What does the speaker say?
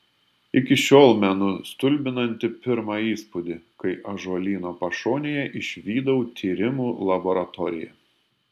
iki šiol menu stulbinantį pirmą įspūdį kai ąžuolyno pašonėje išvydau tyrimų laboratoriją